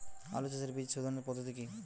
আলু চাষের বীজ সোধনের পদ্ধতি কি?